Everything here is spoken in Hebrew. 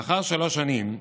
לאחר שלוש שנים,